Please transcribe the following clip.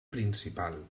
principal